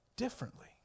Differently